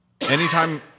Anytime